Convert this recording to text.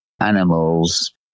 animals